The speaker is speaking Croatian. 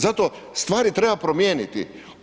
Zato stvari treba promijeniti.